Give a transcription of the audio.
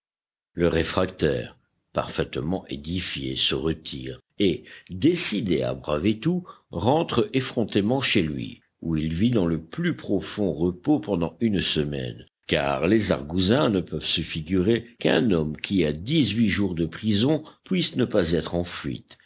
le réfractaire parfaitement édifié se retire et décidé à braver tout rentre effrontément chez lui où il vit dans le plus profond repos pendant une semaine car les argousins ne peuvent se figurer qu'un homme qui a dix-huit jours de prison puisse ne pas être en fuite